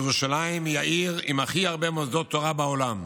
ירושלים היא העיר עם הכי הרבה מוסדות תורה בעולם,